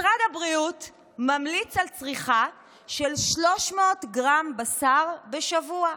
משרד הבריאות ממליץ על צריכה של 300 גרם בשר בשבוע,